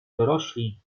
dorośli